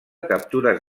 captures